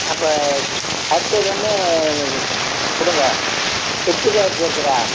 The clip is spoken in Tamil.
அப்போ கொடுங்க இட்லிக்கு அரிசி இருக்குதா